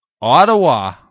Ottawa